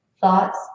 thoughts